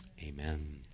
amen